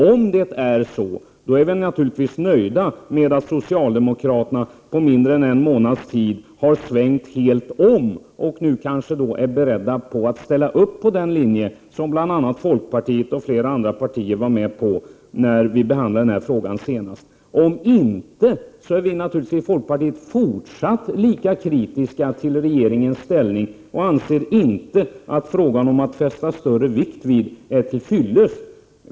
Om det är så, är vi i folkpartiet naturligtvis nöjda med att socialdemokraterna på mindre än en månads tid har svängt helt om och nu kanske är beredda att gå med på den linje som drevs av folkpartiet och flera andra partier när frågan behandlades senast. Om det inte är så, är vi i folkpartiet naturligtvis i fortsättningen lika kritiska till regeringens inställning, och vi anser inte att formuleringen ”fästa större vikt vid” är till fyllest.